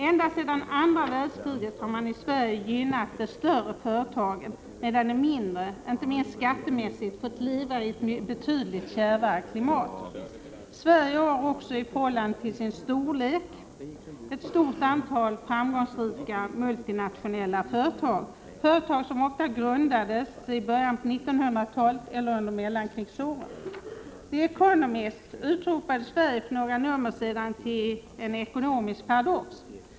Ända sedan andra världskriget har man i Sverige gynnat de större företagen, medan de mindre, inte minst skattemässigt, fått leva i ett betydligt kärvare klimat. Sverige har också, i förhållande till sin storlek, ett stort antal framgångsrika multinationella företag, företag som ofta grundades i början av 1900-talet eller under mellankrigsåren. The Economist utropade för några nummer sedan Sverige till en ekonomisk paradox.